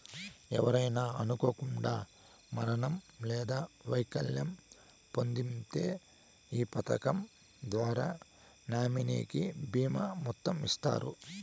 ఎవరైనా అనుకోకండా మరణం లేదా వైకల్యం పొందింతే ఈ పదకం ద్వారా నామినీకి బీమా మొత్తం ఇస్తారు